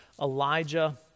Elijah